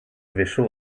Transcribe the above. visual